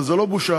וזו לא בושה,